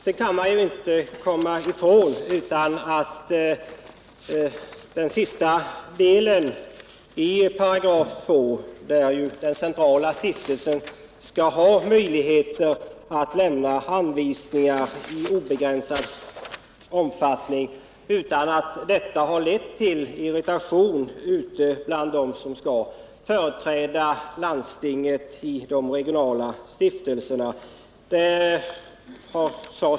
Man kan inte komma ifrån att den senare delen av 2 §, enligt vilken den centrala stiftelsen skall ha möjlighet att lämna anvisningar i obegränsad omfattning, har lett till irritation bland dem som skall företräda landstinget i den regionala stiftelsen.